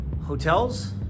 hotels